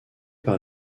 par